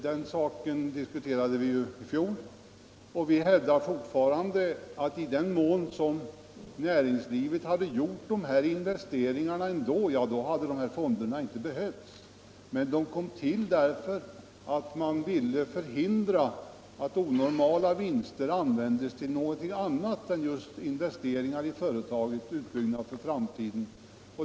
Den saken diskuterades ju i fjol, och vi hävdar fortfarande att i den mån näringslivet gjort de här investeringarna ändå hade dessa fonder inte behövts. De kom till därför att man ville förhindra att onormala vinster användes till någonting annat än just investering i företaget, utbyggnad för framtiden.